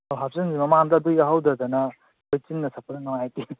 ꯑꯣ ꯍꯥꯞꯆꯟꯁꯤ ꯃꯃꯥꯡꯗ ꯑꯗꯨ ꯌꯥꯎꯍꯧꯗꯗꯅ ꯆꯤꯟꯅ ꯁꯛꯄꯗꯣ ꯅꯨꯡꯉꯥꯏꯇꯦ